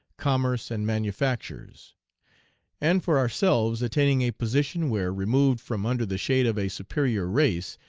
commerce, and manufactures and for ourselves attaining a position where, removed from under the shade of a superior race,